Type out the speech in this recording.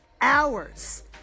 hours